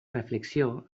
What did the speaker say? reflexió